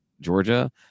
Georgia